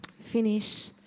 finish